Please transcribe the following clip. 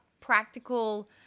practical